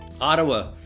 Ottawa